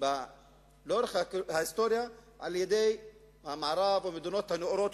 לאורך ההיסטוריה בידי המערב או המדינות הנאורות,